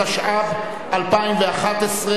התשע"ב 2011,